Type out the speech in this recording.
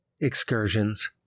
excursions